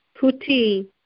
Puti